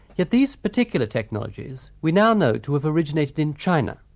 yet these particular technologies we now know to have originated in china,